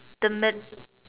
the mid